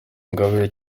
ingabire